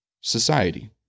society